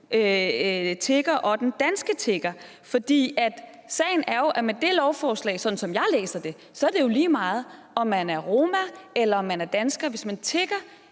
tigger og den danske tigger. For sagen er jo, at med det lovforslag – sådan som jeg læser det – er det jo lige meget, om man er roma, eller om man er dansker. Hvis man tigger